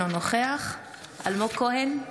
אינו נוכח אלמוג כהן,